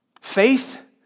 Faith